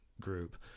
group